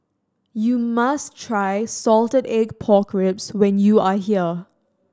you must try salted egg pork ribs when you are here